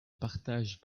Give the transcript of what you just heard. partage